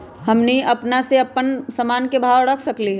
हमनी अपना से अपना सामन के भाव न रख सकींले?